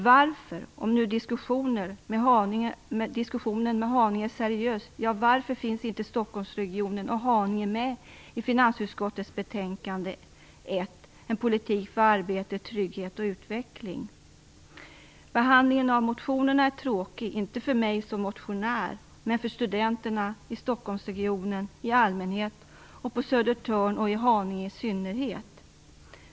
Varför, om nu diskussionen med Haninge är seriös, finns inte Stockholmsregionen och Haninge med i finansutskottets betänkande 1 En politik för arbete, trygghet och utveckling? Behandlingen av motionerna är tråkig, inte för mig som motionär men för studenterna i Stockholmsregionen i allmänhet och i Södertörn och Haninge i synnerhet.